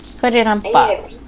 put it on